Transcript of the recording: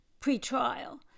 pretrial